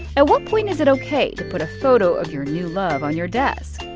at what point is it ok to put a photo of your new love on your desk?